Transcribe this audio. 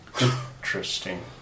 Interesting